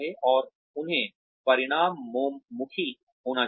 और उन्हें परिणामोन्मुखी होना चाहिए